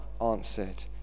answered